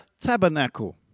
tabernacle